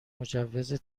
مجوز